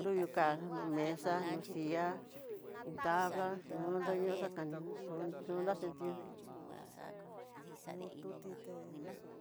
Nruyukano mesa no silla, tabla xuñuu tuñoxa tanina xu xuinó xhitió hetó ujun.